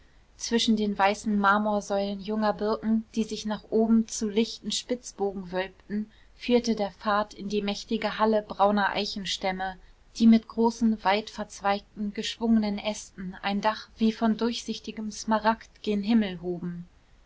zwischen den weißen marmorsäulen junger birken die sich nach oben zu lichten spitzbogen wölbten führte der pfad in die mächtige halle brauner eichenstämme die mit großen weitverzweigten geschwungenen ästen ein dach wie von durchsichtigem smaragd gen himmel hoben